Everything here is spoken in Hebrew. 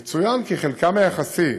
יצוין כי חלקן היחסי